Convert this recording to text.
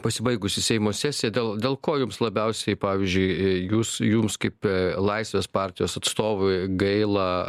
pasibaigusi seimo sesija dėl dėl ko jums labiausiai pavyzdžiui jūs jums kaip laisvės partijos atstovui gaila